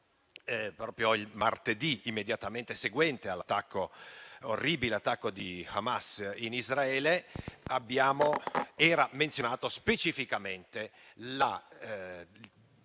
proprio il martedì immediatamente seguente all'attacco orribile di Hamas in Israele era menzionato specificamente